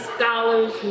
scholars